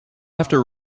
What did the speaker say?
after